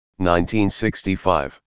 1965